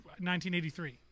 1983